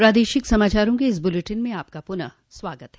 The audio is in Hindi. प्रादेशिक समाचारों के इस बुलेटिन में आपका फिर से स्वागत है